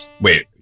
wait